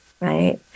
Right